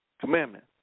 commandment